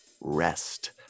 Rest